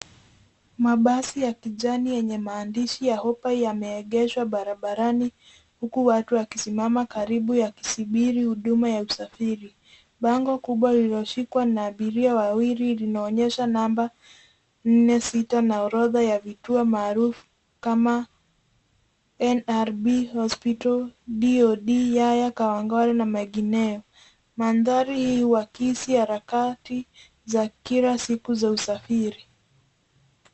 Mabasi ya kijani yenye maandishi ya hopa yameegeshwa barabarani huku watu wakisimama karibu wakisubiri huduma ya usafiri. Bango kubwa lililoshikwa na abiria wawili linaonyesha nne sita na orodha ya vituo maarufu kama NRB Hospital, DoD, Yaya, Kawangware na mengineyo. Mandhari hii huakisi harakati za kila siku za usafiri.